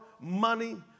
money